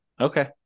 Okay